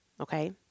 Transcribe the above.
okay